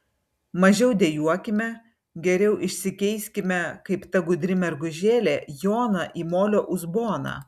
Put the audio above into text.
mažiau dejuokime geriau išsikeiskime kaip ta gudri mergužėlė joną į molio uzboną